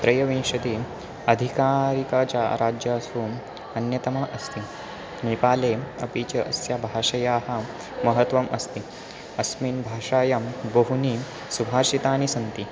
त्रयोविंशतिः अधिकारिककासु च राज्येषु अन्यतमा अस्ति नेपाले अपि च अस्याः भाषायाः महत्त्वम् अस्ति अस्यां भाषायां बहूनि सुभाषितानि सन्ति